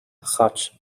chait